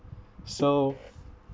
so